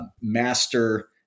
master